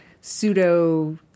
pseudo